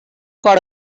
got